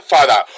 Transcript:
Father